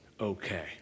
okay